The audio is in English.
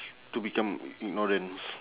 to become ignorance